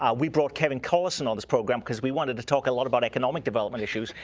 ah we brought kevin collison on this program, because we wanted to talk a lot about economic development issues,